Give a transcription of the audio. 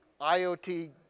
IoT